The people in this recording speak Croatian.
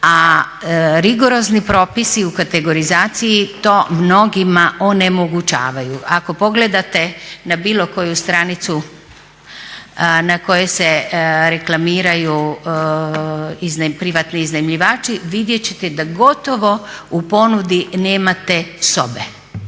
a rigorozni propisi u kategorizaciji to mnogima onemogućavaju. Ako pogledate na bilo koju stranicu na kojoj se reklamiraju privatni iznajmljivači vidjet ćete da gotovo u ponudi nemate sobe.